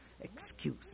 Excuse